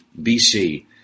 BC